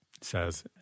says